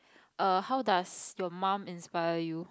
err how does your mum inspire you